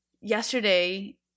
Yesterday